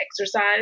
exercise